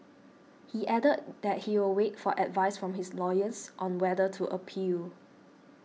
he added that he will wait for advice from his lawyers on whether to appeal